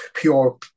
pure